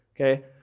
Okay